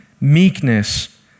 meekness